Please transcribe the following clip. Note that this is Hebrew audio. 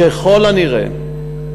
ככל הנראה,